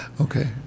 Okay